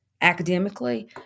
academically